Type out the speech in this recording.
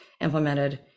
implemented